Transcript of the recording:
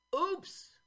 Oops